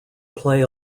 play